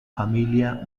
familia